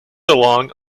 along